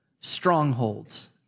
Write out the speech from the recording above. strongholds